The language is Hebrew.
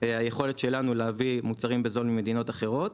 היכולת שלנו להביא מוצרים בזול ממדינות אחרות,